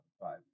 five